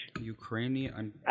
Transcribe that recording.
Ukrainian